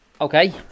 Okay